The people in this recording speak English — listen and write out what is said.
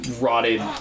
rotted